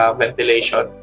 ventilation